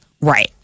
Right